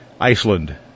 Iceland